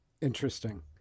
Interesting